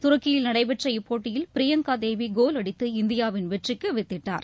துருக்கியில் நடைபெற்ற இப்போட்டியில் பிரியங்கா தேவி கோல் அடித்து இந்தியாவின் வெற்றிக்கு வித்திட்டார்